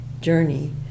journey